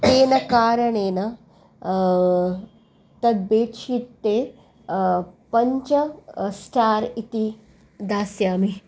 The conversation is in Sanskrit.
तेन कारणेन तद् बेड्शीट् ते पञ्च स्टार् इति दास्यामि